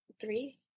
three